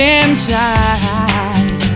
inside